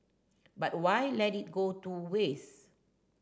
but why let it go to waste